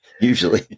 usually